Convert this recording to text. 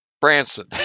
Branson